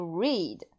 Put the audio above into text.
read